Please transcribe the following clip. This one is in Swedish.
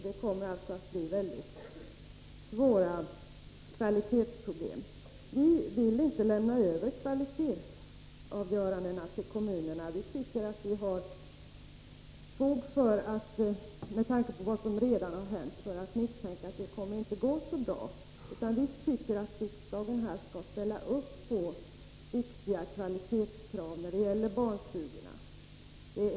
Det kommer då att bli mycket svåra kvalitetsproblem. Vi vill inte lämna över kvalitetsavgörandena till kommunerna. Vi tycker, med tanke på vad som redan hänt, att vi har fog för att misstänka att det inte kommer att gå så bra. Vi tycker att riksdagen skall ställa sig bakom viktiga kvalitetskrav när det gäller barnstugorna.